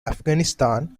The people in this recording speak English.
afghanistan